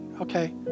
Okay